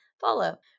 follow